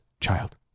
child